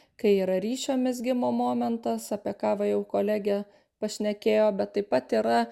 kai yra ryšio mezgimo momentas apie ką va jau kolegė pašnekėjo bet taip pat yra